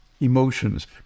emotions